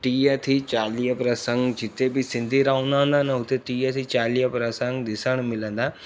टीह थी चालीह प्रसंग जिते बि सिंधी रहंदा न उते टीह थी चालीह प्रसंग ॾिसण मिलंदा